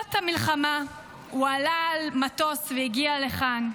למרות המלחמה הוא עלה על מטוס והגיע לכאן,